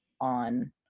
on